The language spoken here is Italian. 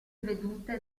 vedute